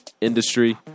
industry